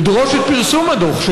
לדרוש את פרסום הדוח,